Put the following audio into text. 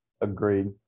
Agreed